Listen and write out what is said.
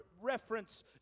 reference